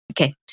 Okay